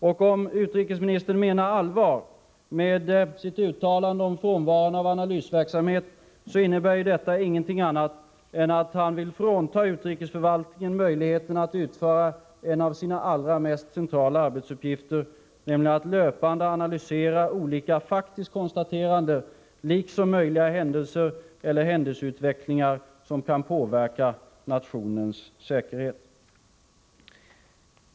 Och om utrikesministern menar allvar med sitt uttalande om frånvaron av analysverksamhet innebär detta ingenting annat än att han vill frånta utrikesförvaltningen möjligheten att utföra en av sina allra mest centrala arbetsuppgifter, nämligen att löpande analysera olika faktiskt konstaterade liksom möjliga händelser eller händelseutvecklingar som kan påverka nationens säkerhet.